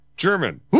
German